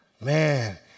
man